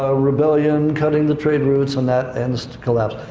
ah rebellion, cutting the trade routes, and that ends to collapse.